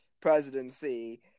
presidency